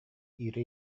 ира